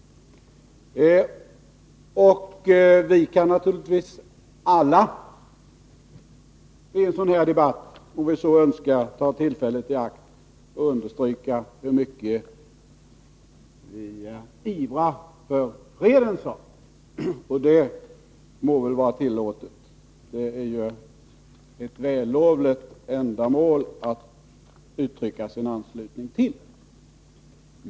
Vi kan naturligtvis alla — om vi så önskar — i en sådan här debatt ta tillfället i akt och understryka hur mycket vi ivrar för fredens sak. Det må väl vara tillåtet; det är ju ett vällovligt ändamål att uttrycka sin anslutning till.